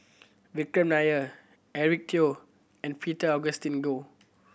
Vikram Nair Eric Teo and Peter Augustine Goh